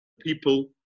people